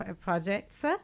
projects